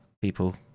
People